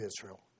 Israel